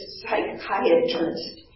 psychiatrist